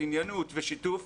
ענייניות ושיתוף.